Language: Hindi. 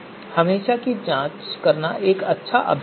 इसलिए हमेशा सीमा की जांच करना एक अच्छा अभ्यास है